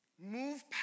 Move